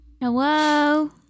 Hello